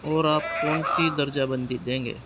اور آپ کون سی درجہ بندی دیں گے